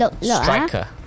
striker